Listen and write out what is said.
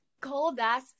cold-ass